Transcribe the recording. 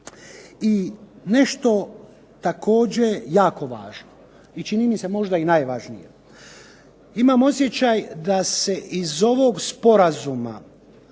I nešto također jako važno i čini mi se možda i najvažnije. Imam osjećaj da se iz ovog sporazuma